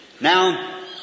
Now